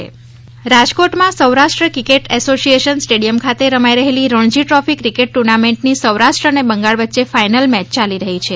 Ranji trophy રાજકોટમાં Saurashtra cricket association stadium ખાતે રમાઇ રહેલી રણજી ટ્રોફી ક્રિકેટ ટુર્નામેન્ટની સૌરાષ્ટ્ર અને બંગાળ વચ્ચે ફાઇનલ મેચ ચાલી રહી છે